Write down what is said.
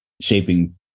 shaping